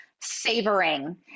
savoring